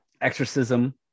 exorcism